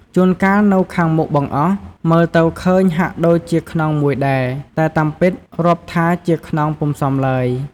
ជួនកាល នៅខាងមុខបង្អស់ មើលទៅឃើញហាក់ដូចជាខ្នងមួយដែរ តែតាមពិតរាប់ថាជាខ្នងពុំសមឡើយ។